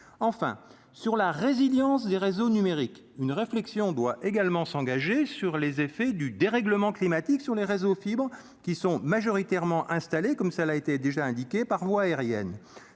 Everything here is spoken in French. enfin sur la résilience des réseaux numériques une réflexion doit également s'engager sur les effets du dérèglement climatique sur les réseaux fibre qui sont majoritairement installés comme ça, elle a été déjà indiqué par voie aérienne,